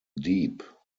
deep